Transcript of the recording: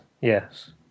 yes